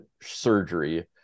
surgery